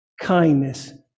kindness